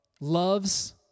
loves